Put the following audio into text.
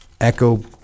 Echo